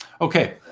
Okay